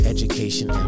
Education